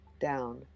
down